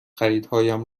خریدهایم